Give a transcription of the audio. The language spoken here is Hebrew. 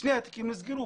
שני התיקים נסגרו,